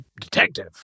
Detective